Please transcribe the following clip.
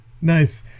Nice